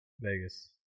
Vegas